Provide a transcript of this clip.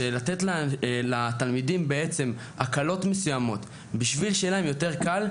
לתת לתלמידים הקלות מסוימות בשביל שיהיה להם יותר קל,